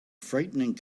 frightening